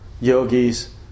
yogis